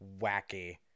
wacky